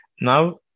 Now